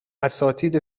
اساتید